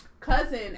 Cousin